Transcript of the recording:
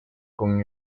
con